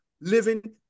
living